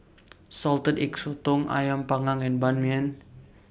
Salted Egg Sotong Ayam Panggang and Ban Mian